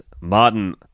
Martin